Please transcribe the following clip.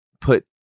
put